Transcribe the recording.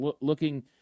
looking